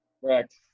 Correct